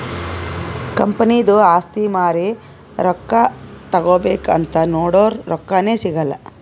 ಕಂಪನಿದು ಆಸ್ತಿ ಮಾರಿ ರೊಕ್ಕಾ ತಗೋಬೇಕ್ ಅಂತ್ ನೊಡುರ್ ರೊಕ್ಕಾನೇ ಸಿಗಲ್ಲ